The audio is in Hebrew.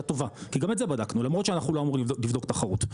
טובה כי גם את זה בדקנו לא אמורים לבדוק תחרות,